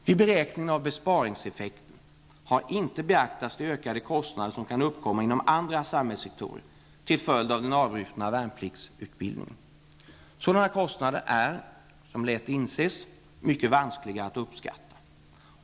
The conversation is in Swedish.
Vid beräkningen av besparingseffekten har inte beaktats de ökade kostnader som kan uppkomma inom andra samhällssektorer till följd av den avbrutna värnpliktsutbildningen. Sådana kostnader är, som lätt inses, mycket vanskliga att uppskatta.